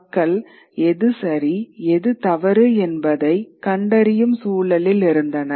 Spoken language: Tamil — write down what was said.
மக்கள் எது சரி எது தவறு என்பதை கண்டறியும் சூழலில் இருந்தனர்